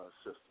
system